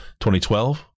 2012